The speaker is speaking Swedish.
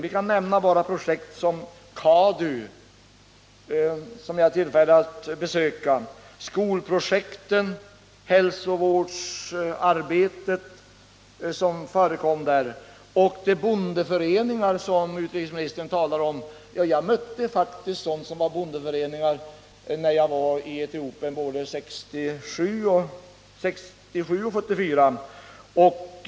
Låt mig bara nämna ett sådant projekt som CADU, som jag har haft tillfälle att besöka, med de skolprojekt och det hälsovårdsarbete som förekommer där. Utrikesministern talar om bondeföreningar. Jag mötte faktiskt bondeföreningar både 1967 och 1974, då jag var i Etiopien.